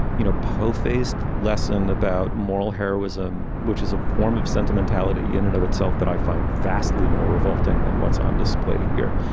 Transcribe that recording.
you know, po faced lesson about moral heroism, which is a form of sentimentality in and of itself that i find vastly more revolting than what's on display here.